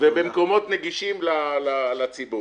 ובמקומות נגישים לציבור.